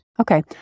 Okay